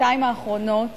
בשנתיים האחרונות